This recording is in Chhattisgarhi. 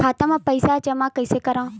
खाता म पईसा जमा कइसे करव?